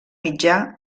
mitjà